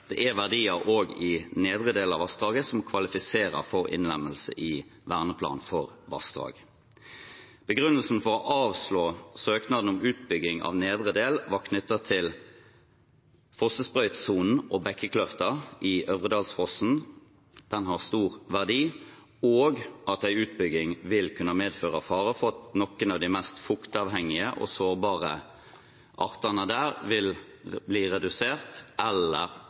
det er verdier også i nedre del av vassdraget som kvalifiserer for innlemmelse i verneplanen for vassdrag. Begrunnelsen for å avslå søknaden om utbygging av nedre del var knyttet til fossesprøytsonen og bekkekløften i Ørredalsfossen, som har stor verdi, og at en utbygging vil kunne medføre fare for at noen av de mest fuktavhengige og sårbare artene der vil bli redusert eller